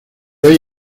hay